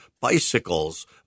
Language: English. bicycles